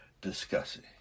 discussing